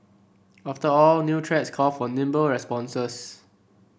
after all new threats call for nimble responses